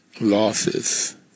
losses